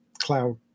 cloud